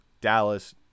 Dallas